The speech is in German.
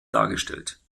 dargestellt